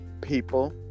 people